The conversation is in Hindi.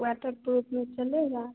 व तो रोज मे चलेगा